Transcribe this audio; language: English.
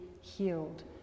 healed